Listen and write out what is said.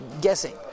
guessing